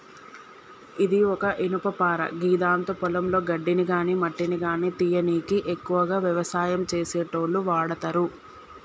ఇది ఒక ఇనుపపార గిదాంతో పొలంలో గడ్డిని గాని మట్టిని గానీ తీయనీకి ఎక్కువగా వ్యవసాయం చేసేటోళ్లు వాడతరు